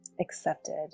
accepted